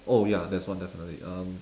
oh ya there's one definitely um